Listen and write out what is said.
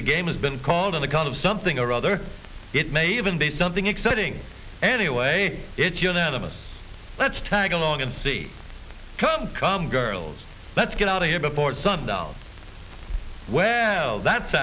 the game has been called in the count of something or other it may even be something exciting anyway it's unanimous let's tag along and see come come girls let's get out of here before sundown w